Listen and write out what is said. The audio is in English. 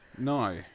No